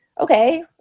okay